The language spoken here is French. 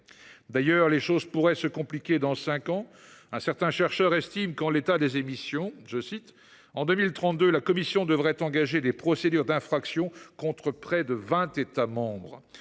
D’ailleurs, les choses pourraient se compliquer dans cinq ans. Un chercheur estime que, en l’état des émissions, « en 2032, la Commission devrait engager des procédures d’infraction contre près de vingt États membres »